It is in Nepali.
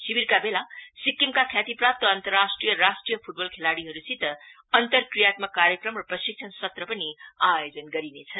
शिविरका बेला सिक्किमका ख्यातिप्राप्त अन्तराष्ट्रिय र राष्ट्रिय फुटबल खेलाड़ीहरूसित अन्तरक्रियात्मक कार्यक्रम र प्रशिक्षण सत्र पनि आयोजन गरिनेछ